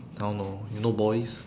I don't know you know boys